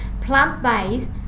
plant-based